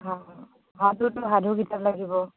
অঁ সাধুটো সাধু কিতাপ লাগিব